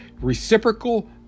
reciprocal